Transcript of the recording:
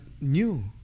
new